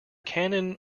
canon